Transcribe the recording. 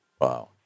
Wow